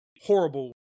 horrible